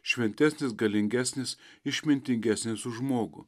šventesnis galingesnis išmintingesnis už žmogų